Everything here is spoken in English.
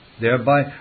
thereby